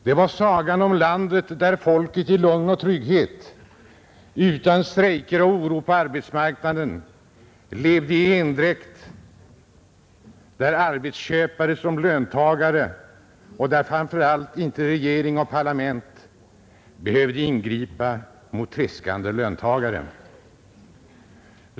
Det var sagan om landet där folket i lugn och trygghet, utan strejker och oro på arbetsmarknaden, levde i endräkt — arbetsköpare som löntagare — och där framför allt inte regering och parlament behövde ingripa mot tredskande löntagare.